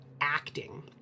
acting